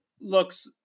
looks